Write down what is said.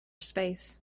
space